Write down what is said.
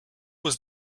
was